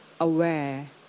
aware